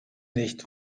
nicht